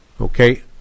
Okay